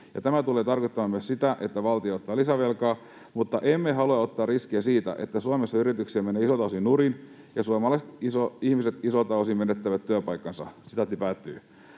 tämä tulee tarkoittamaan myös sitä, että valtio ottaa lisävelkaa, mutta emme halua ottaa riskiä siitä, että Suomessa yrityksiä menee isolta osin nurin ja suomalaiset ihmiset isoilta osin menettävät työpaikkansa.” Ovathan nämä